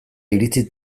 iritzi